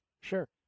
Sure